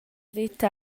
veta